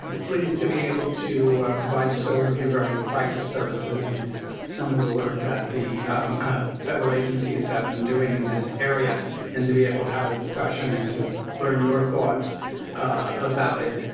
ah pleased to be able to provide this overview of running crisis services and some of the work that the federal agencies have been doing in this area and to be able to have a discussion and to learn your thoughts about it.